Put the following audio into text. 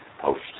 post